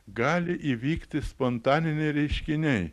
gali įvykti spontaniniai reiškiniai